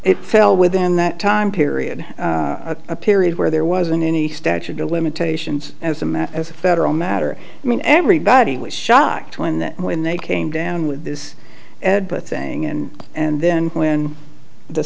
it fell within that time period a period where there wasn't any statute of limitations as a man as a federal matter i mean everybody was shocked when the when they came down with this thing and and then when the